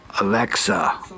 Alexa